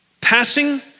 passing